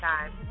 Time